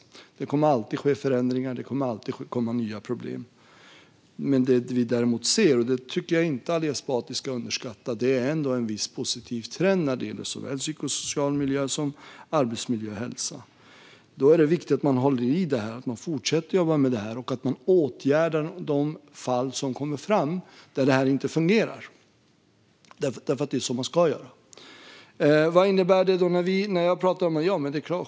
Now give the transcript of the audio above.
Det kommer alltid att ske förändringar, och det kommer alltid att komma nya problem. Det vi däremot ser - och det tycker jag inte att Ali Esbati ska underskatta - är ändå en viss positiv trend när det gäller såväl psykosocial miljö som arbetsmiljö och hälsa. Då är det viktigt att man håller i detta och fortsätter att jobba med det. Man ska åtgärda de fall som kommer fram där det här inte fungerar, för det är så man ska göra. Vad innebär det då när jag talar om det här?